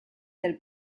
del